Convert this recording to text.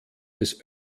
des